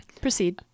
Proceed